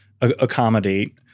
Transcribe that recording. accommodate